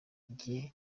njye